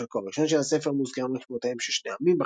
אם בחלקו הראשון של הספר מוזכרים רק שמותיהם של שני עמים,